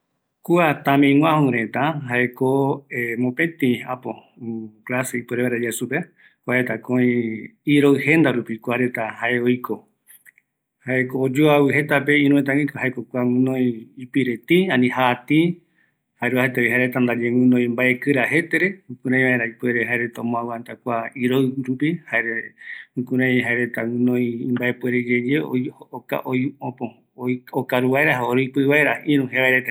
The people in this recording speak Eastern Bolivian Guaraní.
Kua tamï guaju reta, jaeko iroɨjenda rupi jaereta oiko, oyoavɨ jetape ïru reta ndive, kuaretako tïi, jetavi guinoi mbaekɨra jetere, jayave jaereta ngara oyandu iroɨ, jare jaereta guinoi mbaepuere oipɨ vaera jembiura ïru ɨ rupigua reta